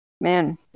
man